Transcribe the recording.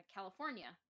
California